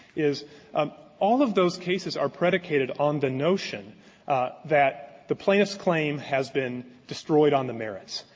is all of those cases are predicated on the notion that the plaintiff's claim has been destroyed on the merits.